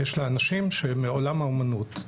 יש לה אנשים שמעולם האמנות.